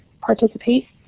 participate